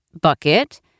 bucket—